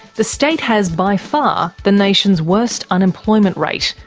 the state has by far the nation's worst unemployment rate,